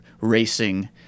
racing